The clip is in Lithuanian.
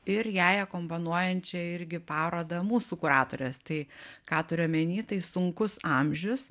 ir jai akompanuojančią irgi parodą mūsų kuratorės tai ką turiu omeny tai sunkus amžius